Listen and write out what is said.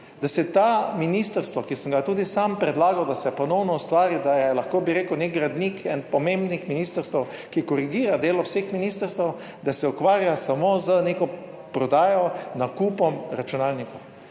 da se to ministrstvo, ki sem ga tudi sam predlagal, da se ponovno ustvari, da je lahko, bi rekel, nek gradnik, eden pomembnih ministrstev, ki korigira delo vseh ministrstev, da se ukvarja samo z neko prodajo, nakupom računalnikov.